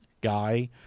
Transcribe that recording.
guy